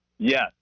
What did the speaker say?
Yes